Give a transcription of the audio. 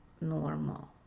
normal